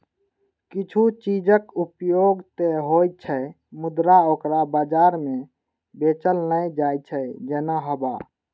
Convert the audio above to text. किछु चीजक उपयोग ते होइ छै, मुदा ओकरा बाजार मे बेचल नै जाइ छै, जेना हवा